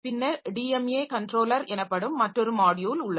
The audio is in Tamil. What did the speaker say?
பின்னர் டிஎம்ஏ கன்ட்ரோலர் எனப்படும் மற்றொரு மாட்யுல் உள்ளது